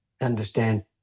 Understand